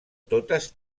totes